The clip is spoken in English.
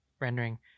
rendering